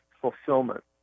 fulfillment